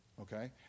okay